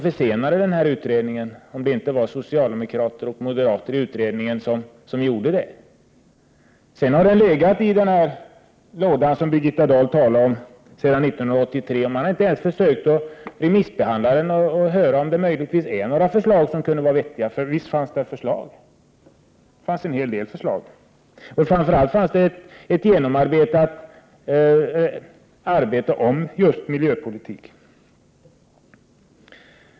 Men vilka om inte socialdemokraterna och moderaterna i utredningen var det som försenade den? Den har sedan 1983 legat i den låda som Birgitta Dahl talade om. Man har inte ens försökt att remissbehandla den för att ta reda på om det möjligtvis finns några förslag som är vettiga. Visst fanns det förslag. Det fanns en hel del förslag. Det hade framför allt gjorts en genomarbetad utredning om just miljöpolitiken.